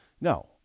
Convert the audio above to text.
No